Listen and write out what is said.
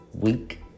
week